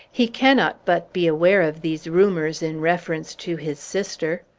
he cannot but be aware of these rumors in reference to his sister.